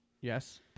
yes